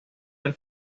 del